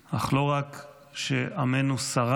אך לא רק שעמנו שרד,